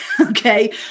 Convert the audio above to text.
okay